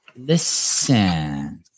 Listen